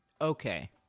Okay